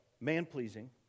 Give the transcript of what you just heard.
man-pleasing